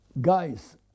guys